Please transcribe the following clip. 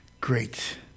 great